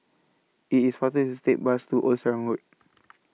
IT IS faster to Take Bus to Old Sarum Road